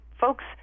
folks